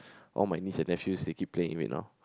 all my niece and nephew they keep playing with it now